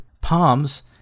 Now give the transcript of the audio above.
Palms